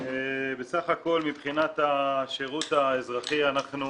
בסך הכול מבחינת השירות האזרחי, אנחנו